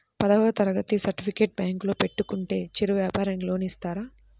పదవ తరగతి సర్టిఫికేట్ బ్యాంకులో పెట్టుకుంటే చిరు వ్యాపారంకి లోన్ ఇస్తారా?